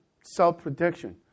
self-protection